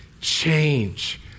change